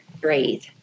breathe